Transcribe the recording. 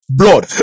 blood